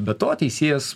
be to teisėjas